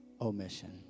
omission